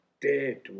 dead